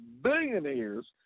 billionaires